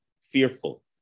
fearful